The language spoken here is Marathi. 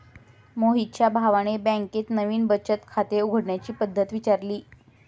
मोहितच्या भावाने बँकेत नवीन बचत खाते उघडण्याची पद्धत विचारली